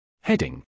Heading